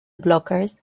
blockers